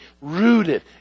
rooted